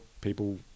people